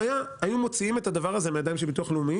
אם היו מוציאים את הדבר הזה מהידיים של הביטוח הלאומי